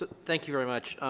but thank you very much,